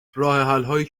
راهحلهایی